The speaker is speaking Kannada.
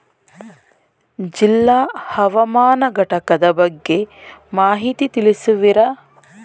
ಜಿಲ್ಲಾ ಹವಾಮಾನ ಘಟಕದ ಬಗ್ಗೆ ಮಾಹಿತಿ ತಿಳಿಸುವಿರಾ?